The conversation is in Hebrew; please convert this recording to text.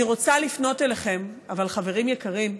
אני רוצה לפנות אליכם, אבל חברים יקרים,